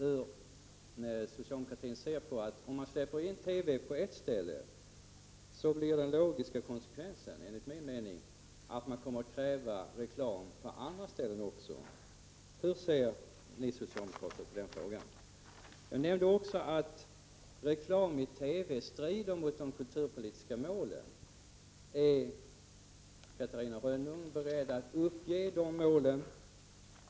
Om man släpper in reklam i TV på ett ställe, blir den logiska konsekvensen enligt min mening att krav ställs på att släppa in reklam även på andra ställen. Hur ser ni socialdemokrater på den frågan? Jag nämnde också tidigare att reklam i TV strider mot de kulturpolitiska målen. Är Catarina Rönnung beredd att uppge de målen?